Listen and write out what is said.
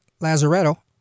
Lazaretto